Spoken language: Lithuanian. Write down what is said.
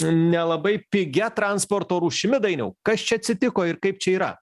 nelabai pigia transporto rūšimi dainiau kas čia atsitiko ir kaip čia yra